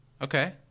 Okay